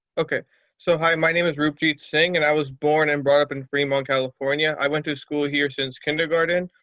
so, hi my name is rup jit singh and i was born and brought up in fremont, california. i went to school here since kindergarten.